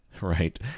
Right